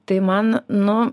tai man nu